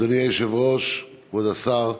אדוני היושב-ראש, כבוד השר,